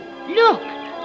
Look